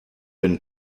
been